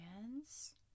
hands